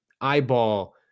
eyeball